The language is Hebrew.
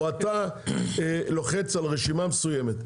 או אתה לוחץ על רשימה מסוימת?